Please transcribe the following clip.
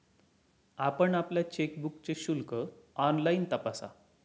आपण आपल्या चेकबुकचे शुल्क ऑनलाइन तपासा